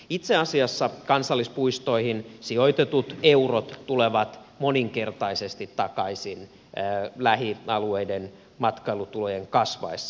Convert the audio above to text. itse asiassa kansallispuistoihin sijoitetut eurot tulevat moninkertaisesti takaisin lähialueiden matkailutulojen kasvaessa